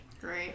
Great